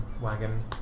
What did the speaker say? wagon